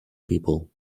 people